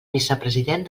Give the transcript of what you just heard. vicepresident